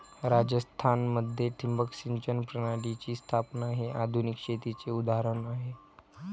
राजस्थान मध्ये ठिबक सिंचन प्रणालीची स्थापना हे आधुनिक शेतीचे उदाहरण आहे